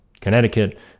Connecticut